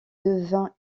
devint